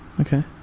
Okay